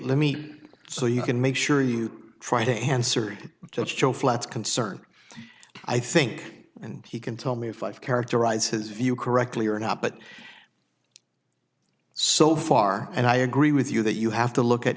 let me so you can make sure you try to answer judge joe flats concern i think and he can tell me if i characterize his view correctly or not but so far and i agree with you that you have to look at